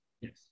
yes